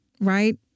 Right